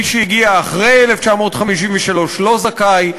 מי שהגיע אחרי 1953 לא זכאי.